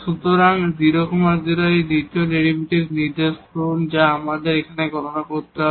সুতরাং 0 0 এই দ্বিতীয় ডেরিভেটিভটি নির্দেশ করুন যা আমাদের এখানে গণনা করতে হবে